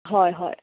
हय हय